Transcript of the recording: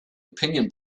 opinion